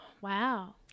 Wow